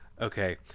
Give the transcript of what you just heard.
Okay